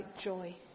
joy